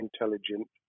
intelligent